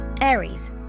Aries